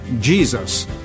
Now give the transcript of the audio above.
Jesus